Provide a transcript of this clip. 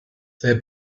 their